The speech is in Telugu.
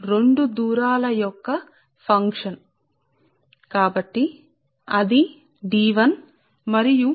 L బాహ్య అనేది దూరం D1 మరియు